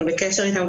אנחנו בקשר איתם,